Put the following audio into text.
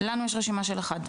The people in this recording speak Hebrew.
לנו יש רשימה של אחד.